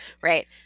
right